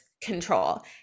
control